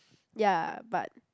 ya but